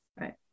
Right